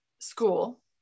school